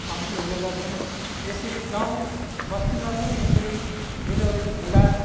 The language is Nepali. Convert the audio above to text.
कम्ती हुने गर्छन् यसरी गाउँ बस्तीमा पनि यसरी खेलहरू खेल्दा